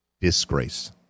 disgrace